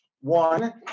One